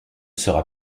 sera